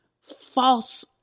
false